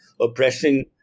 oppressing